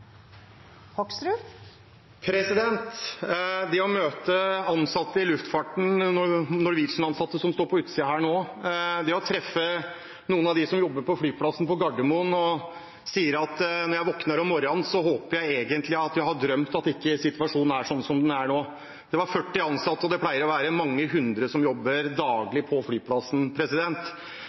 ansatte i luftfarten, Norwegian-ansatte som står på utsiden her nå, truffet noen av dem som jobber på flyplassen på Gardermoen, som sier at når de våkner om morgenen, håper de egentlig at de har drømt, at ikke situasjonen er sånn som den er nå. Det var 40 ansatte, og det pleier å være mange hundre som jobber daglig på flyplassen.